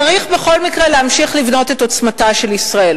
צריך בכל מקרה להמשיך לבנות את עוצמתה של ישראל,